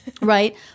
Right